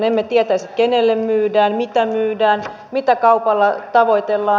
emme tietäisi kenelle myydään mitä myydään mitä kaupalla tavoitellaan